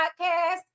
podcast